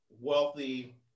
wealthy